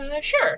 sure